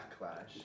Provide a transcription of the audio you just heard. backlash